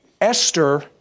Esther